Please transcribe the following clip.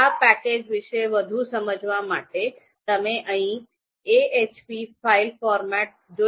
આ પેકેજ વિશે વધુ સમજવા માટે તમે અહીં ahp ફાઇલ ફોર્મેટ જોઈ શકો છો